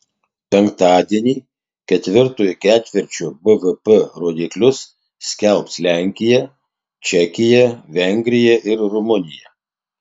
penktadienį ketvirtojo ketvirčio bvp rodiklius skelbs lenkija čekija vengrija ir rumunija